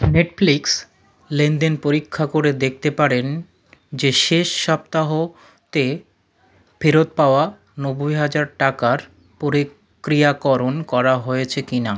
Netflix লেনদেন পরীক্ষা করে দেখতে পারেন যে শেষ সপ্তাহ তে ফেরত পাওয়া নব্বই হাজার টাকার পরিক্রিয়াকরণ করা হয়েছে কি না